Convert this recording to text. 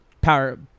Power